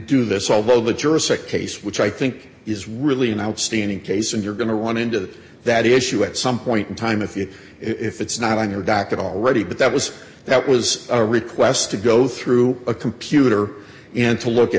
do this although the juristic case which i think is really an outstanding case and you're going to run into that issue at some point in time if you if it's not on your docket already but that was that was a request to go through a computer and to look at